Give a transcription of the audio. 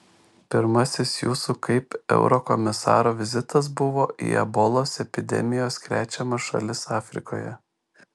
pirmasis jūsų kaip eurokomisaro vizitas buvo į ebolos epidemijos krečiamas šalis afrikoje